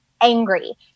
angry